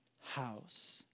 house